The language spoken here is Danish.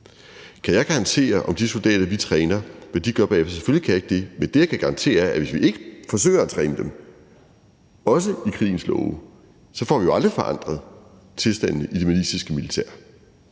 i forhold til hvad de soldater, vi træner, gør bagefter? Selvfølgelig kan jeg ikke det, men det, jeg kan garantere, er, at hvis vi ikke forsøger at træne dem, også i krigens love, får vi jo aldrig forandret tilstanden i det maliske militær.